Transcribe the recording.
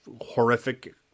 horrific